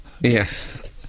Yes